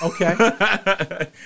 Okay